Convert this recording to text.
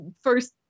first